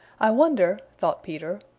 i wonder, thought peter,